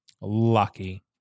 Lucky